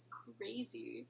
crazy